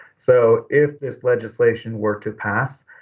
so if this legislation were to pass,